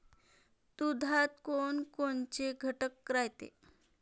दुधात कोनकोनचे घटक रायते?